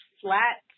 flat